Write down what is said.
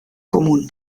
común